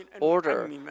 order